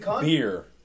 beer